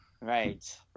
right